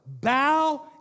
bow